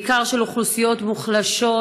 בעיקר של אוכלוסיות מוחלשות,